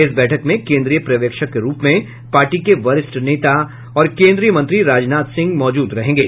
इस बैठक में केन्द्रीय पर्यवेक्षक के रूप में पार्टी के वरिष्ठ नेता और केन्द्रीय मंत्री राजनाथ सिंह मौजूद रहेंगे